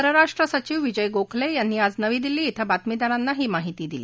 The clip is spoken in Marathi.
परराष्ट्र सचिव विजय गोखले यांनी आज नवी दिल्ली के बातमीदारांना ही माहिती दिली